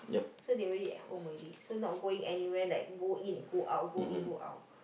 so they already at home already so not going anywhere like go in and go out go in go out